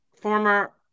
former